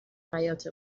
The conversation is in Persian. حیاط